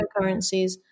cryptocurrencies